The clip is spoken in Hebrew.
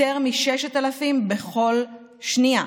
יותר מ-6,000 בכל שנייה.